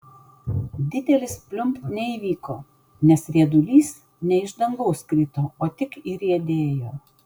didelis pliumpt neįvyko nes riedulys ne iš dangaus krito o tik įriedėjo